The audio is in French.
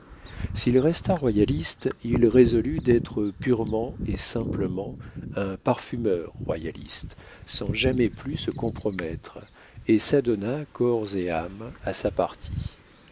s'il resta royaliste il résolut d'être purement et simplement un parfumeur royaliste sans jamais plus se compromettre et s'adonna corps et âme à sa partie